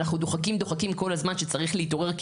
ואנחנו דוחקים כל הזמן שצריך להתעורר.